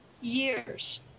years